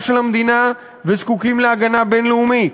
של המדינה וזקוקים להגנה בין-לאומית,